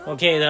Okay